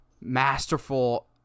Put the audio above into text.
masterful